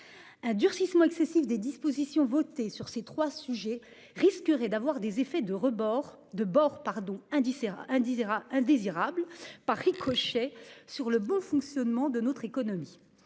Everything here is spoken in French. Un durcissement excessif des dispositions votées sur ces 3 sujets risquerait d'avoir des effets de rebord de bord pardon. Indira indésirable par ricochet sur le bon fonctionnement de notre économie.